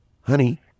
honey